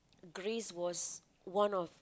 Greece was one of